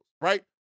right